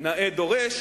"נאה דורש